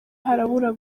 harabura